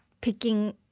picking